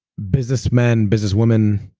businessmen, businesswomen,